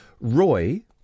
Roy